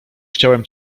chciałem